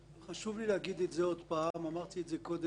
חשוב לי לומר שוב אמרתי זאת קודם תוך